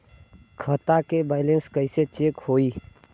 खता के बैलेंस कइसे चेक होई?